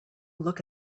look